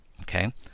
Okay